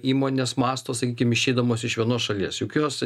įmonės mąsto sakykim išeidamos iš vienos šalies juk jos